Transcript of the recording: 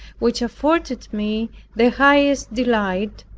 which afforded me the highest delight,